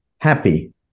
happy